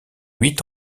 huit